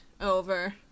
over